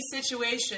situation